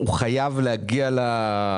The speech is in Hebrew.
המידע הזה חייב להגיע ללקוחות.